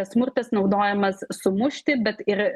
smurtas naudojamas sumušti bet ir